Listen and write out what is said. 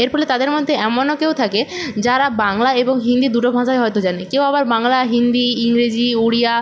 এর ফলে তাদের মধ্যে এমন কেউ থাকে যারা বাংলা এবং হিন্দি দুটো ভাষাই হয়তো জানে কেউ আবার বাংলা হিন্দি ইংরেজি ওড়িয়া